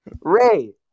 Ray